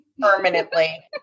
permanently